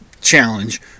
challenge